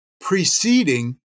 preceding